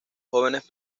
jóvenes